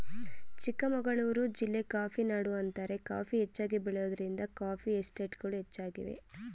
ಚಿಕ್ಕಮಗಳೂರು ಜಿಲ್ಲೆ ಕಾಫಿನಾಡು ಅಂತಾರೆ ಕಾಫಿ ಹೆಚ್ಚಾಗಿ ಬೆಳೆಯೋದ್ರಿಂದ ಕಾಫಿ ಎಸ್ಟೇಟ್ಗಳು ಹೆಚ್ಚಾಗಿವೆ